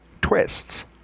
twists